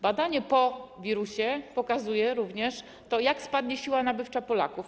Badanie po wirusie pokazuje również to, jak spadnie siła nabywcza Polaków.